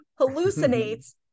hallucinates